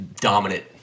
dominant